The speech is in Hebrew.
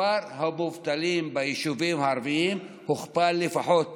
מספר המובטלים ביישובים הערביים הוכפל, לפחות